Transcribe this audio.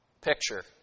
picture